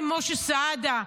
משה סעדה,